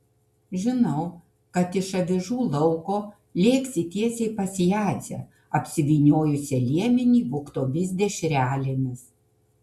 žinau kad iš avižų lauko lėksi tiesiai pas jadzę apsivyniojusią liemenį vogtomis dešrelėmis